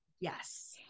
Yes